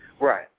Right